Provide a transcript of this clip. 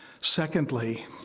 secondly